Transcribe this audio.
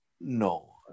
No